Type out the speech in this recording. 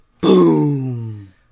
Boom